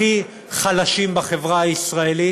הכי חלשים בחברה הישראלית,